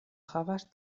havas